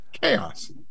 Chaos